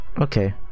okay